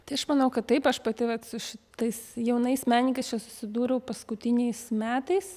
tai aš manau kad taip aš pati vat su tais jaunais menininkais čia susidūriau paskutiniais metais